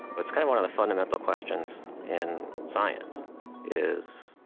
it's, kind of. one of the fundamental questions in science is,